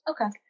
okay